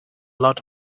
lot